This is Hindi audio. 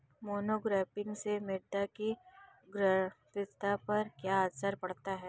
मोनोक्रॉपिंग से मृदा की गुणवत्ता पर क्या असर पड़ता है?